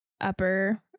Upper